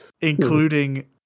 including